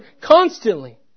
constantly